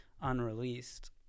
unreleased